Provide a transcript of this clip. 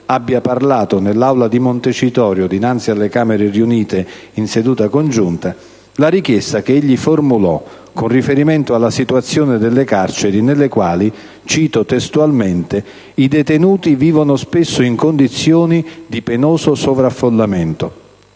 abbia parlato nell'Aula di Montecitorio dinanzi alle Camere riunite in seduta congiunta, egli formulò una richiesta con riferimento alla situazione delle carceri nelle quali, cito testualmente, «i detenuti vivono spesso in condizioni di penoso sovraffollamento.